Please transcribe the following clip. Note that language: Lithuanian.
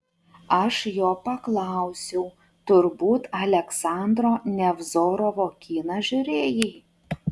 aš jo paklausiau turbūt aleksandro nevzorovo kiną žiūrėjai